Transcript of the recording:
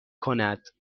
کند